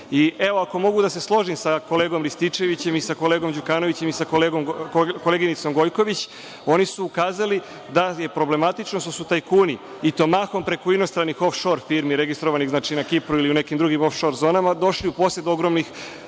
i, evo, ako mogu da se složim sa kolegom Rističevićem i sa kolegom Đukanovićem i sa koleginicom Gojković, oni su ukazali da je problematično što su tajkuni i to mahom preko inostranih of-šor firmi, registrovanih na Kipru ili u nekim drugim of-šor zonama, došli u posed ogromnih